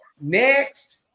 next